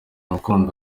ukunda